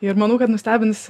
ir manau kad nustebins